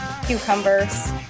Cucumbers